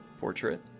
portrait